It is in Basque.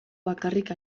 bakarrik